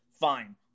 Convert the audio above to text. fine